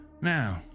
Now